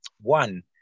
One